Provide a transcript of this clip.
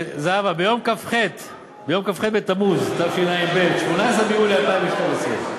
זהבה, ביום כ"ח בתמוז תשע"ב, 18 ביולי 2013,